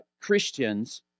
Christians